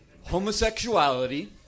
Homosexuality